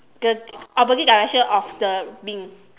the opposite direction of the bin